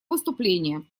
выступление